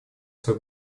свое